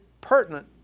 pertinent